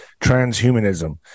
transhumanism